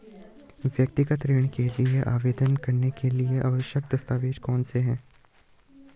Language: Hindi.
व्यक्तिगत ऋण के लिए आवेदन करने के लिए आवश्यक दस्तावेज़ कौनसे हैं?